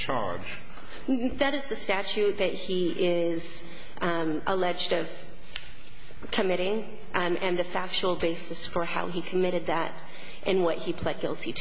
charge that is the statute that he is alleged of committing and the factual basis for how he committed that and what he pled guilty